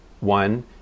one